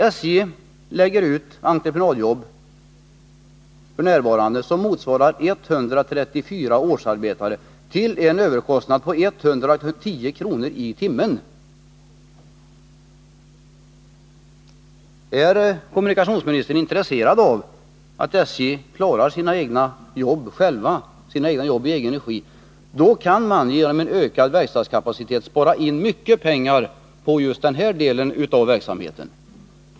För det första lägger SJ f.n. ut entreprenadjobb som motsvarar 134 årsarbetare till en överkostnad av 110 kr. i timmen. Är kommunikationsministern intresserad av att SJ klarar sina egna jobb i egen regi? Genom en ökad verkstadskapacitet kan SJ spara mycket pengar på just den här delen av verksamheten.